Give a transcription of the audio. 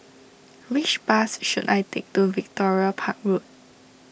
which bus should I take to Victoria Park Road